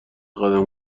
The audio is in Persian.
قدم